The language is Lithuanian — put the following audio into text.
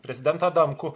prezidentą adamkų